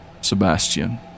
Sebastian